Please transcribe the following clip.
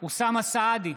אוסאמה סעדי,